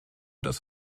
das